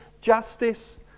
justice